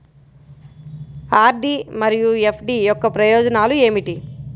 RD మరియు FD యొక్క ప్రయోజనాలు ఏమిటి?